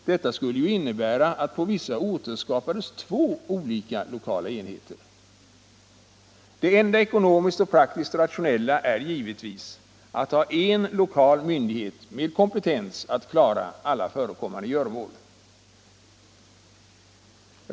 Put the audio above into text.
Detta skulle ju innebära att på vissa orter skapades två olika lokala enheter. Det enda ekonomiskt och praktiskt rationella är givetvis att ha en lokal myndighet med kompetens att klara alla förekommande göromål.